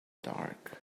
dark